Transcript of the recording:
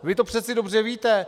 Vy to přece dobře víte!